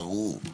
ברור.